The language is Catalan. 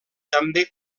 també